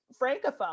francophone